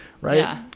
Right